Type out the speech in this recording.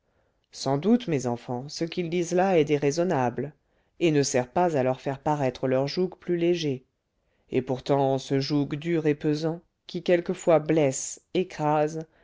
sans doute mes enfants ce qu'ils disent là est déraisonnable et ne sert pas à leur faire paraître leur joug plus léger et pourtant ce joug dur et pesant qui quelquefois blesse écrase